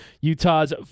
Utah's